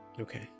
Okay